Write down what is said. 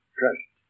trust